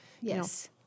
Yes